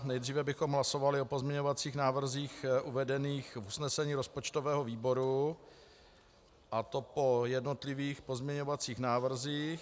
Nejdříve bychom hlasovali o pozměňovacích návrzích uvedených v usnesení rozpočtového výboru, a to po jednotlivých pozměňovacích návrzích.